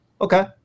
Okay